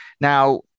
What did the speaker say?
Now